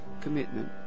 commitment